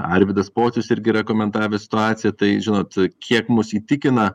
arvydas pocius irgi yra komentavęs situaciją tai žinot kiek mus įtikina